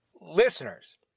Listeners